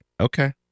Okay